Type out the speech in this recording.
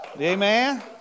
Amen